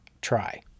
try